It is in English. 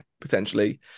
potentially